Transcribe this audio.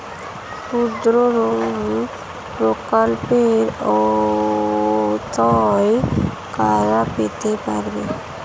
ক্ষুদ্রঋণ প্রকল্পের আওতায় কারা পড়তে পারে?